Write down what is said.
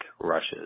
rushes